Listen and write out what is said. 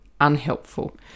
unhelpful